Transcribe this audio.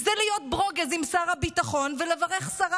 זה להיות ברוגז עם שר הביטחון ולברך שרה